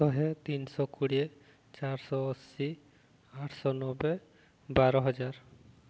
ଶହେ ତିନିଶହ କୋଡ଼ିଏ ଚାରିଶହ ଅଶୀ ଆଠଶହ ନବେ ବାର ହଜାର